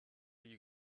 you